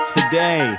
Today